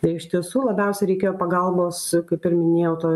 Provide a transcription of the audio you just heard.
tai iš tiesų labiausiai reikėjo pagalbos kaip ir minėjau to